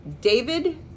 David